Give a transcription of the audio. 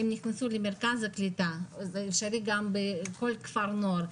נכנסו למרכז הקליטה וזה אפשרי בכל כפר נוער.